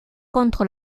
contre